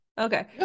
Okay